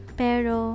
pero